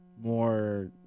more